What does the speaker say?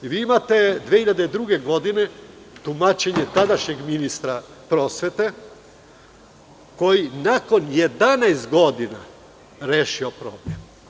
Vi imate 2002. godine tumačenje tadašnjeg ministra prosvete, koji je nakon 11 godina rešio problem.